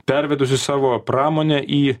pervedusi savo pramonę į